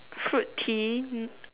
fruit tea